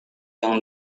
yang